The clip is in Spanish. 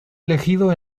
elegido